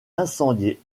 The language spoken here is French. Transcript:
incendié